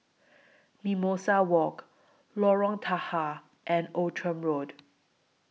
Mimosa Walk Lorong Tahar and Outram Road